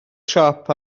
siop